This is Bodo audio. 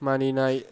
मानिनाय